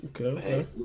Okay